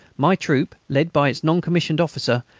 my troop, led by its non-commissioned officer,